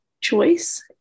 choice